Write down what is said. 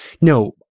No